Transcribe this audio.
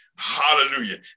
Hallelujah